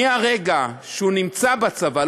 מרגע שהוא נמצא בצבא,